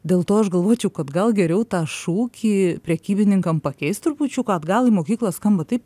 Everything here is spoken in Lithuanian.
dėl to aš galvočiau kad gal geriau tą šūkį prekybininkam pakeist trupučiuką atgal į mokyklą skamba taip